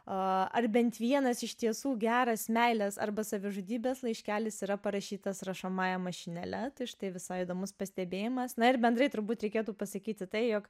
ar bent vienas iš tiesų geras meilės arba savižudybės laiškelis yra parašytas rašomąja mašinėle tik štai visai įdomus pastebėjimas na ir bendrai turbūt reikėtų pasakyti tai jog